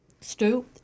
Stu